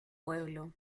pueblo